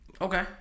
Okay